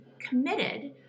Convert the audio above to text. committed